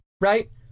right